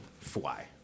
fly